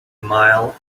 mile